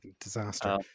disaster